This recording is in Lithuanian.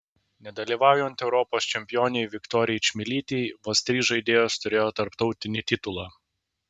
nedalyvaujant europos čempionei viktorijai čmilytei vos trys žaidėjos turėjo tarptautinį titulą